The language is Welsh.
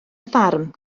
ffarm